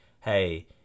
hey